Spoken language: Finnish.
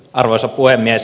arvoisa puhemies